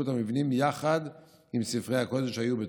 את המבנים יחד עם ספרי הקודש שהיו בתוכו.